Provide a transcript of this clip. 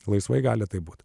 laisvai gali būti